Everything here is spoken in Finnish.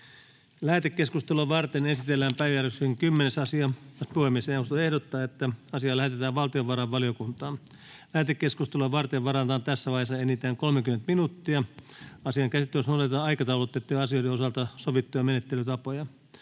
Lähetekeskustelua varten esitellään päiväjärjestyksen 10. asia. Puhemiesneuvosto ehdottaa, että asia lähetetään valtiovarainvaliokuntaan. Lähetekeskusteluun varataan tässä vaiheessa enintään 30 minuuttia. Asian käsittelyssä noudatetaan aikataulutettujen asioiden osalta sovittuja menettelytapoja.